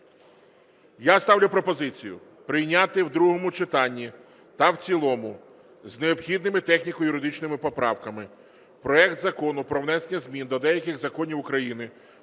Я ставлю пропозицію прийняти в другому читанні та в цілому з необхідними техніко-юридичними поправками проект Закону про внесення змін до деяких законів України